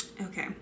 Okay